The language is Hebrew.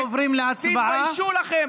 תתביישו לכם.